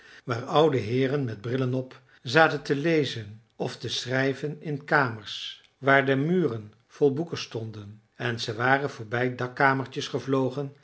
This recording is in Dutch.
waar oude heeren met brillen op zaten te lezen of te schrijven in kamers waar de muren vol boeken stonden en ze waren voorbij dakkamertjes gevlogen